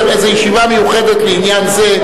איזה ישיבה מיוחדת לעניין זה,